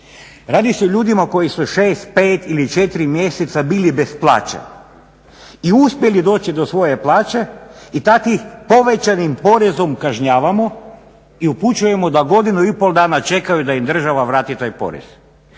Radi se o ljudima koji su 6, 5 ili 4 mjeseca bili bez plaće i uspjeli doći do svoje plaće i takvim ih povećanim porezom kažnjavamo i upućujemo da godinu i pol dana čekaju da im država vrati taj porez.